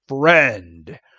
friend